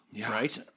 Right